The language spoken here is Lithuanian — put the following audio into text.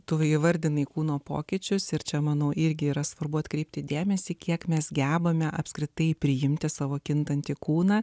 tu įvardinai kūno pokyčius ir čia manau irgi yra svarbu atkreipti dėmesį kiek mes gebame apskritai priimti savo kintantį kūną